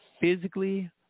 physically